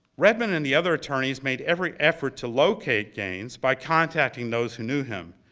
redmond and the other attorneys made every effort to locate gaines by contacting those who knew him.